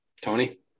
Tony